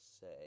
say